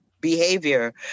behavior